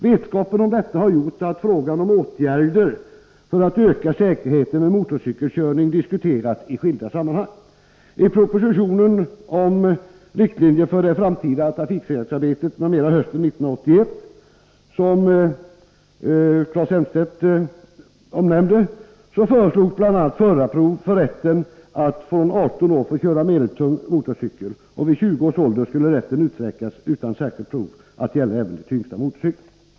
Vetskapen — m.m. om detta har gjort att frågan om åtgärder för att öka säkerheten vid motorcykelkörning diskuterats i skilda sammanhang. I propositionen hösten 1981 om riktlinjer för det framtida trafiksäkerhetsarbetet m.m., vilken Claes Elmstedt omnämnde, föreslogs bl.a. förarprov för rätten att från 18 år få köra medeltung motorcykel. Vid 20 års ålder skulle rätten utsträckas — utan särskilt prov — att gälla även de tyngsta motorcyklarna.